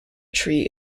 tree